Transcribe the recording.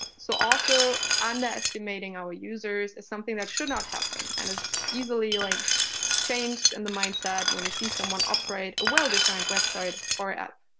so also underestimating our users is something that should not happen. and is easily like changed in the mindset when you see someone operate a well-designed website or app.